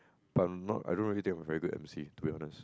but I'm not I don't really think I'm a very good emcee to be honest